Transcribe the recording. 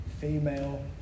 female